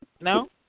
No